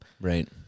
Right